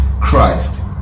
Christ